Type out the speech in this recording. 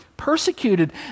persecuted